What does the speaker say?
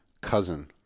cousin